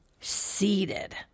seated